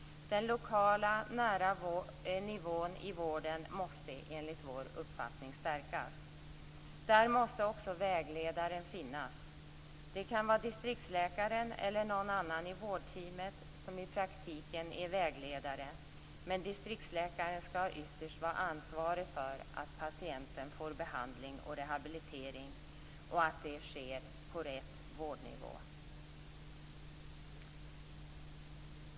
Den lokala nära nivån i vården måste enligt vår uppfattning stärkas. Där måste också vägledaren finnas. Det kan vara distriktsläkaren eller någon annan i vårdteamet som i praktiken är vägledare, men distriktsläkaren skall vara ytterst ansvarig för att patienten får behandling och rehabilitering och att det sker på rätt nivå.